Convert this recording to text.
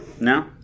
No